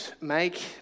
make